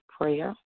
Prayer